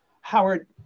Howard